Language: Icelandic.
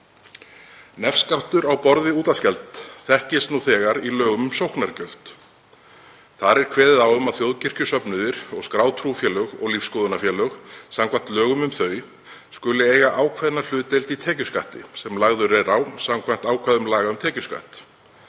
Nefskattur á borð við útvarpsgjald þekkist nú þegar í lögum um sóknargjöld. Þar er kveðið á um að þjóðkirkjusöfnuðir og skráð trúfélög og lífsskoðunarfélög samkvæmt lögum um þau skuli eiga ákveðna hlutdeild í tekjuskatti sem lagður er á samkvæmt ákvæðum laga um tekjuskatt.